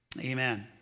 amen